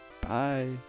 bye